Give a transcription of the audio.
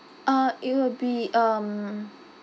uh it will be um